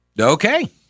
Okay